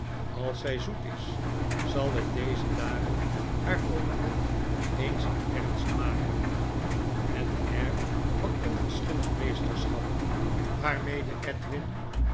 al zy zoet is zal ik dezer dagen haar portret eens in ernst maken het air van onverschillig meesterschap waarmede edwin